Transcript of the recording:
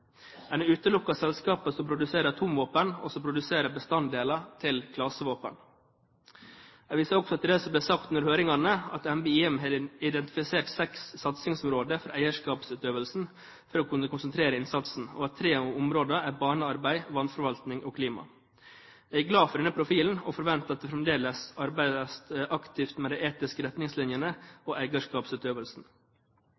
En utelukker selskaper som produserer atomvåpen og bestanddeler til klasevåpen. Jeg viser også til det som ble sagt under høringene, at NBIM har identifisert seks satsingsområder for eierskapsutøvelsen for å kunne konsentrere innsatsen, og at tre av områdene er barnearbeid, vannforvaltning og klima. Jeg er glad for denne profilen og forventer at det fremdeles arbeides aktivt med de etiske retningslinjene